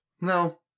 No